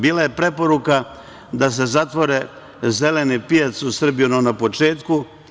Bila je preporuka da se zatvori zeleni pijac u Srbiji na početku.